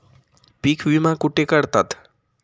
पीक विमा कुठे काढतात?